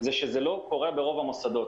זה שזה לא קורה ברוב המוסדות.